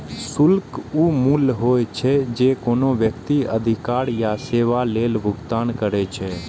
शुल्क ऊ मूल्य होइ छै, जे कोनो व्यक्ति अधिकार या सेवा लेल भुगतान करै छै